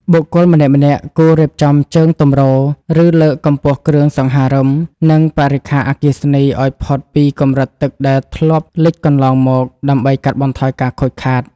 បុគ្គលម្នាក់ៗគួររៀបចំជើងទម្រ ឬលើកកម្ពស់គ្រឿងសង្ហារឹម និងបរិក្ខារអគ្គិសនីឱ្យផុតពីកម្រិតទឹកដែលធ្លាប់លិចកន្លងមក ដើម្បីកាត់បន្ថយការខូចខាត។